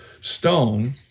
stone